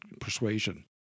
persuasion